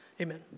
Amen